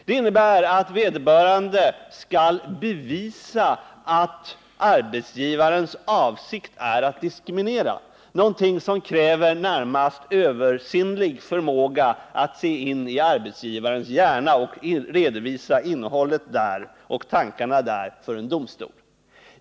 Det innebär att vederbörande skall bevisa att arbetsgivarens avsikt är att diskriminera — någonting som kräver närmast översinnlig förmåga att se in i arbetsgivarens hjärna och redovisa innehållet och tankarna där för en domstol.